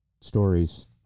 stories